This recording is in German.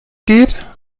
geht